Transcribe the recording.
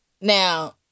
Now